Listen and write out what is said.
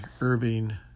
Irving